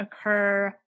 occur